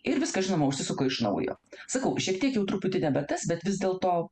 ir viskas žinoma užsisuka iš naujo sakau šiek tiek jau truputį nebe tas bet vis dėlto